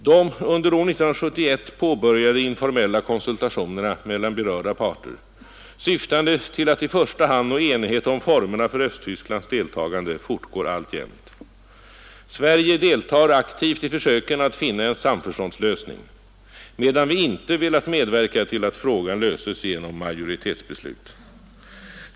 De under år 1971 påbörjade informella konsultationerna mellan berörda parter, syftande till att i första hand nå enighet om formerna för Östtysklands deltagande, fortgår alltjämt. Sverige deltar aktivt i försöken att finna en samförståndslösning, medan vi inte velat medverka till att frågan löses genom majoritetsbeslut.